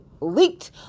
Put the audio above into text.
leaked